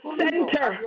center